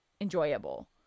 enjoyable